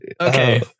Okay